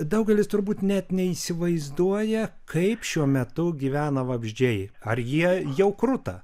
daugelis turbūt net neįsivaizduoja kaip šiuo metu gyvena vabzdžiai ar jie jau kruta